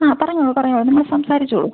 ആ പറഞ്ഞോളൂ പറഞ്ഞോളൂ നിങ്ങൾ സംസാരിച്ചോളൂ